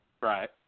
Right